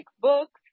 books